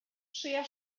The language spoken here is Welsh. trïa